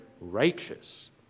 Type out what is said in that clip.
righteous